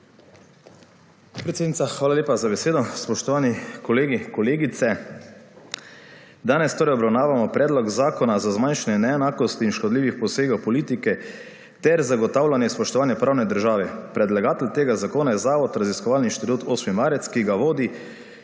hvala lepa za besedo. Spoštovani kolegi, kolegice! Danes torej obravnavamo Predlog zakona za zmanjšanje neenakosti in škodljivih posegov politike ter zagotavljanje in spoštovanje pravne države. Predlagatelj tega zakona je Zavod raziskovalni inštitut 8. marec, ki ga vodi